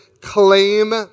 claim